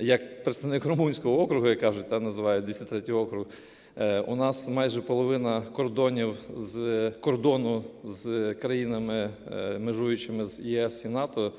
як представник румунського округу, як кажуть, називають 203 округ, у нас майже половина кордону з країнами, межуючими з ЄС і НАТО,